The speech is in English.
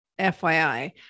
FYI